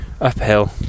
uphill